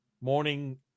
morning